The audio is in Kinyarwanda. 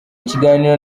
kiganiro